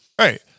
right